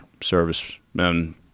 servicemen